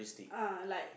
uh like